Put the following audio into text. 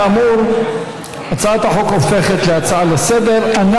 כאמור, הצעת החוק הופכת להצעה לסדר-היום.